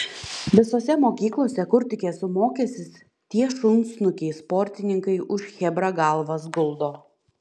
visose mokyklose kur tik esu mokęsis tie šunsnukiai sportininkai už chebrą galvas guldo